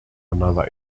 another